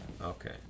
Okay